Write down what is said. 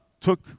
took